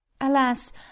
Alas